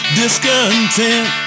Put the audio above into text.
discontent